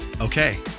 Okay